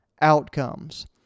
outcomes